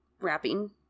wrapping